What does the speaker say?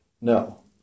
No